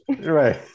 Right